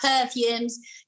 perfumes